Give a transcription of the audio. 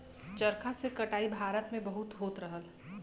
चरखा से कटाई भारत में बहुत होत रहल